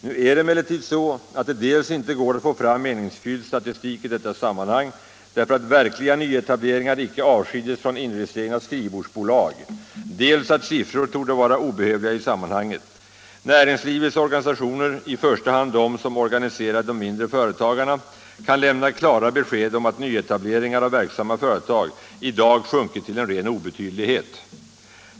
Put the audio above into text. Nu är det emellertid så att det dels inte går att få fram meningsfull statistik i detta sammanhang därför att verkliga nyetableringar icke avskiljes från inregistrering av skrivbordsbolag, dels att siffror torde vara obehövliga i sammanhanget. Näringslivets organisationer, i första hand de som organiserar de mindre företagarna, kan lämna klara besked om att nyetableringar av verksamma företag i dag sjunkit till en ren obetydlighet.